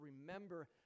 remember